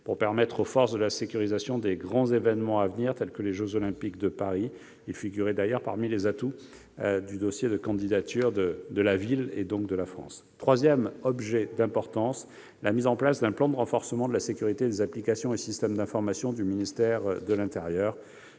pour permettre la sécurisation des grands événements à venir, tels que les jeux Olympiques de 2024. Il figurait d'ailleurs parmi les atouts du dossier de candidature de Paris. Le troisième projet d'importance est la mise en place d'un plan de renforcement de la sécurité des applications et systèmes d'information du ministère de l'intérieur.